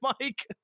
Mike